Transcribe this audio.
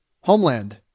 Homeland